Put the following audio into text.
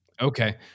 Okay